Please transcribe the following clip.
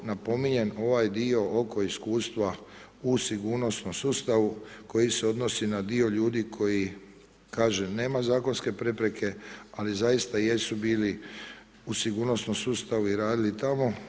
Napominjem ovaj dio oko iskustva u sigurnosnom sustavu koji se odnosi na dio ljudi koji kažem nema zakonske prepreke ali zaista jesu bili u sigurnosnom sustavu i radili tamo.